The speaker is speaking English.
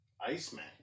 Iceman